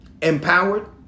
empowered